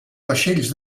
vaixells